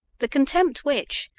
the contempt which,